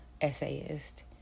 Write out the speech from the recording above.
essayist